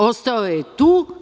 Ostao je tu.